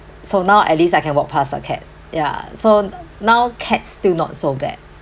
so now at least I can walk past a cat ya so now cats still not so bad